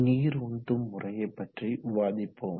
நீர் உந்தும் முறையை பற்றி விவாதிப்போம்